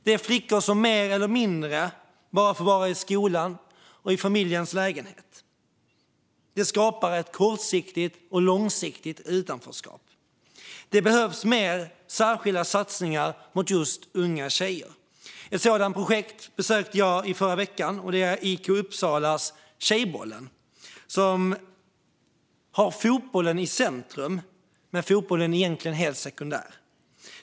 Det är flickor som mer eller mindre bara får vara i skolan och i familjens lägenhet. Det skapar kortsiktigt och långsiktigt utanförskap. Det behövs mer särskilda satsningar mot just unga tjejer. Ett sådant projekt besökte jag i förra veckan: IK Uppsalas Tjejbollen. Där står fotbollen i centrum. Men fotbollen är egentligen sekundär.